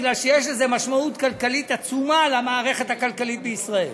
מפני שיש לזה משמעות כלכלית עצומה על המערכת הכלכלית בישראל.